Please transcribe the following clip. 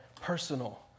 personal